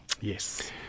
Yes